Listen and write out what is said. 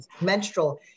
menstrual